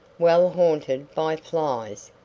well haunted by flies,